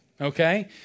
okay